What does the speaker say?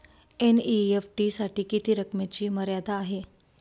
NEFT साठी किती रकमेची मर्यादा आहे?